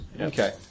Okay